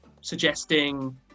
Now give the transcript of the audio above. suggesting